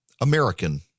American